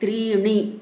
त्रीणि